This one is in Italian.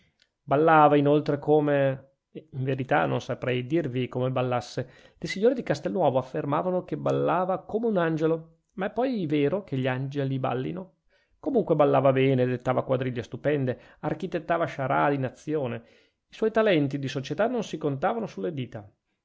ballava inoltre come in verità non saprei dirvi come ballasse le signore di castelnuovo affermavano che ballava come un angelo ma è poi vero che gli angeli ballino comunque ballava bene dettava quadriglie stupende architettava sciarrade in azione i suoi talenti di società non si contavano sulle dita